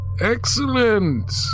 Excellent